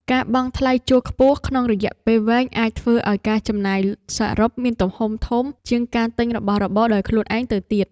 ការបង់ថ្លៃជួលខ្ពស់ក្នុងរយៈពេលវែងអាចធ្វើឱ្យការចំណាយសរុបមានទំហំធំជាងការទិញរបស់របរដោយខ្លួនឯងទៅទៀត។